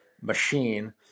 machine